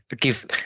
give